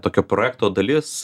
tokio projekto dalis